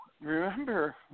Remember